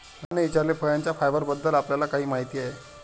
रामने विचारले, फळांच्या फायबरबद्दल आपल्याला काय माहिती आहे?